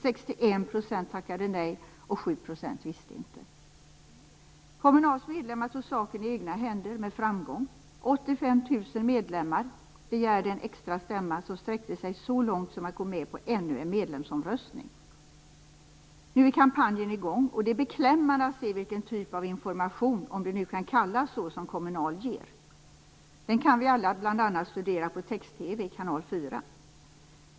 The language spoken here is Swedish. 61 % hade tackat nej och Kommunals medlemmar tog saken i egna händer, med framgång. 85 000 medlemmar begärde en extra stämma som sträckte sig så långt som att gå med på ännu en medlemsomröstning. Nu är kampanjen igång och det är beklämmande att se vilken typ av information, om det nu kan kallas så, som Kommunal ger. Den kan vi alla bl.a. studera på Text-TV, kanal 4.